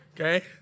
okay